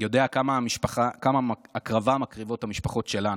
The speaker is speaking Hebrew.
יודע כמה הקרבה מקריבות המשפחות שלנו,